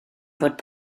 fod